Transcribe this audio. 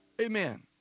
Amen